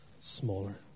smaller